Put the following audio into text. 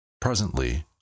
Presently